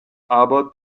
aber